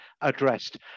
addressed